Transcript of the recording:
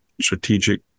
Strategic